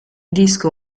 disco